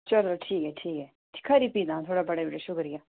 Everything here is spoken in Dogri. चलो ठीक ऐ ठीक ऐ खरी फ्ही तां थुआढ़ा बड़ा बड़ा शुक्रिया